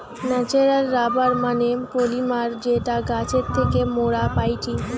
natural rubber মানে polymer যেটা গাছের থেকে মোরা পাইটি